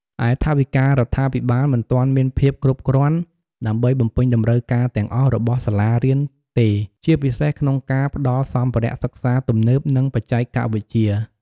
ឯថវិការដ្ឋាភិបាលមិនទាន់មានភាពគ្រប់គ្រាន់ដើម្បីបំពេញតម្រូវការទាំងអស់របស់សាលារៀនទេ ជាពិសេសក្នុងការផ្តល់សម្ភារៈសិក្សាទំនើប និងបច្ចេកវិទ្យា។